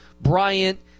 Bryant